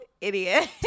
idiot